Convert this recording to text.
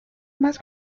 más